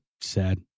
sad